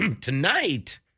Tonight